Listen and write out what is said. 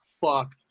fuck